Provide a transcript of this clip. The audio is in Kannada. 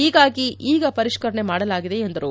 ಹೀಗಾಗಿ ಈಗ ಪರಿಷ್ತರಣೆ ಮಾಡಲಾಗಿದೆ ಎಂದರು